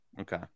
Okay